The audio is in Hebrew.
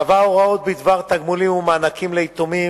קבע הוראות בדבר תגמולים ומענקים ליתומים